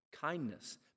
kindness